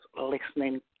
listening